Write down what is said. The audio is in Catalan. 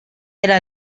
era